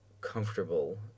comfortable